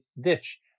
ditch